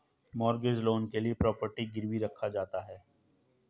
mortgage loan के लिए property गिरवी रखा जाता है